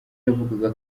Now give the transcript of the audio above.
yavugaga